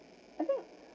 I think